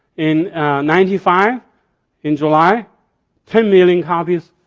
in ninety five in july ten million copies.